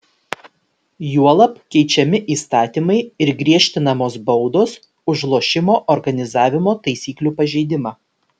juolab keičiami įstatymai ir griežtinamos baudos už lošimo organizavimo taisyklių pažeidimą